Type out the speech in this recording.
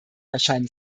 erscheinen